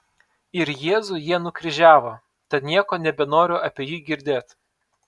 ir jėzų jie nukryžiavo tad nieko nebenoriu apie jį girdėt